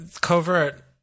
covert